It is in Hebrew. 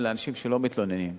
אלה אנשים שלא מתלוננים,